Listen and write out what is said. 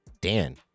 Dan